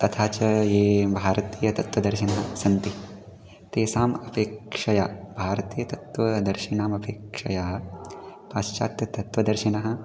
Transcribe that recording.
तथा च ये भारतीय तत्त्वदर्शिनः सन्ति तेषाम् अपेक्षया भारतीयतत्त्वदर्शिनामपेक्षया पाश्चात्यतत्त्वदर्शिनः